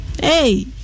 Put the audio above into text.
Hey